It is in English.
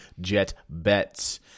JETBETS